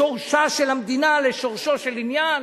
לשורשה של המדינה, לשורשו של עניין.